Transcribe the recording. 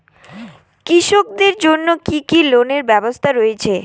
কৃষকদের জন্য কি কি লোনের ব্যবস্থা রয়েছে?